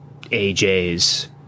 AJ's